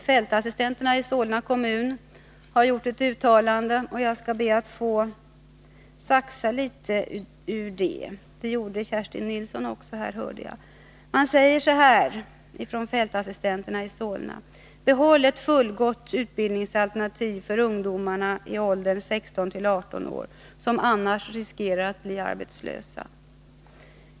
Fältassistenterna i Solna kommun har gjort ett uttalande, som jag skall be att få saxa litet ur — det gjorde Kerstin Nilsson också, hörde jag: ”Behåll ett fullgott utbildningsalternativ för ungdomar i åldern 16-18 år, som annars riskerar att bli arbetslösa.